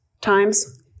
times